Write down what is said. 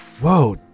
Whoa